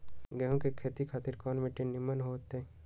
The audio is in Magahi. गेंहू की खेती खातिर कौन मिट्टी निमन हो ताई?